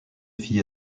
fille